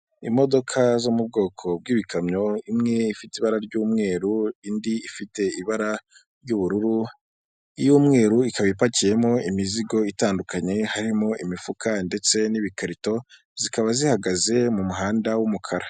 Imodoka zo mu bwoko bw'ibikamyo imwe ifite ibara ry'umweru indi ifite ibara ry'ubururu. Iy'umweru ikaba ipakiyemo imizigo itandukanye harimo imifuka ndetse n'ibikarito zikaba zihagaze mu muhanda w'umukara.